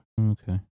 Okay